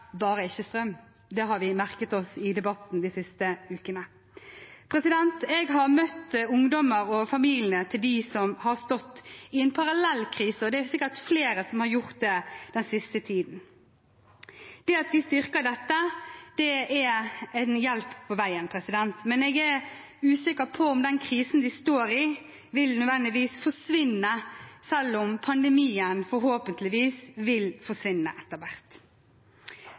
bare ikke strøm. Det har vi merket oss i debatten de siste ukene. Jeg har møtt ungdommer og familiene til dem som har stått i en parallell krise, og det er sikkert flere som har gjort det den siste tiden. Det at vi styrker dette, er en hjelp på veien, men jeg er usikker på om den krisen vi står i, nødvendigvis vil forsvinne selv om pandemien forhåpentligvis vil forsvinne